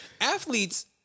Athletes